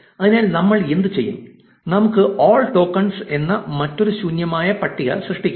അതിനാൽ നമ്മൾ എന്തുചെയ്യും നമുക്ക് 'ഓൾ ടോക്കൻസ്' എന്ന മറ്റൊരു ശൂന്യമായ പട്ടിക സൃഷ്ടിക്കാം